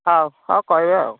ହଉ ହଉ କହିବେ ଆଉ